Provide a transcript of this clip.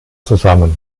zusammen